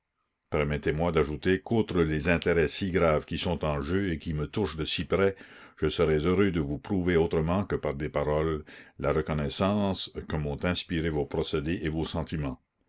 permettez-moi d'ajouter qu'outre les intérêts si graves qui sont en jeu et qui me touchent de si près je serais heureux de vous prouver autrement que par des paroles la reconnaissance que m'ont inspiré vos procédés et vos sentiments